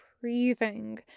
breathing